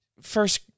first